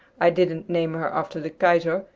i didn't name her after the kaiser.